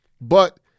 But-